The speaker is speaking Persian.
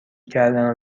کردنو